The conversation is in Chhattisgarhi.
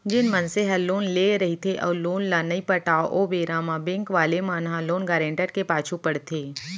जेन मनसे ह लोन लेय रहिथे अउ लोन ल नइ पटाव ओ बेरा म बेंक वाले मन ह लोन गारेंटर के पाछू पड़थे